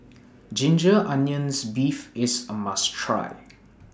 Ginger Onions Beef IS A must Try